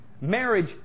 Marriage